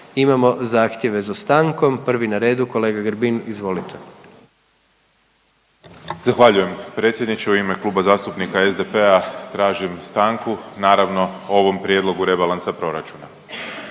Imamo zahtjeve za stankom. Prvi na redu, kolega Grbin. Izvolite. **Grbin, Peđa (SDP)** Zahvaljujem predsjedniče. U ime Kluba zastupnika SDP-a tražim stanku naravno o ovom Prijedlogu rebalansa proračuna.